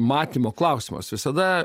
matymo klausimas visada